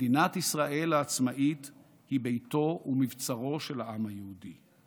מדינת ישראל העצמאית היא ביתו ומבצרו של העם היהודי.